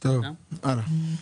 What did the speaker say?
טוב הלאה.